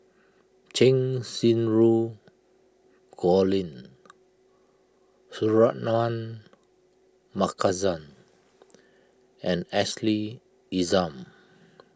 Cheng Xinru Colin Suratman Markasan and Ashley Isham